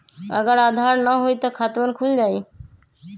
अगर आधार न होई त खातवन खुल जाई?